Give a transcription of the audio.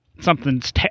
something's